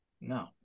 no